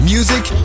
Music